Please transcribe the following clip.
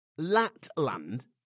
Latland